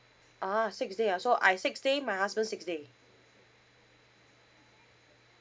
ah six day ah so I six day my husband six day